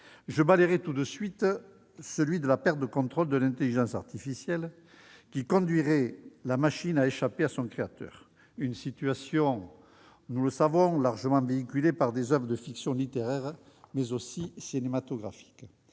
Je balaierai tout de suite celui de la perte du contrôle de l'intelligence artificielle, qui conduirait la machine à échapper à son créateur, une situation largement véhiculée par des oeuvres de fiction littéraire ou cinématographique.